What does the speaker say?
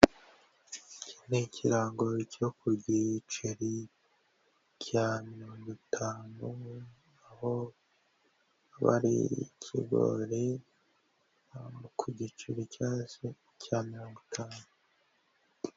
Ni ikirango cyo ku giceri cya mirongo itanu, aho haba hariho ikigori, ku giceri cyo hasi cya mirongo itanu.